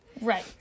Right